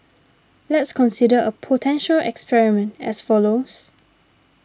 let's consider a potential experiment as follows